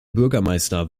bürgermeister